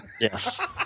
Yes